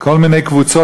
של כל מיני קבוצות,